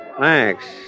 Thanks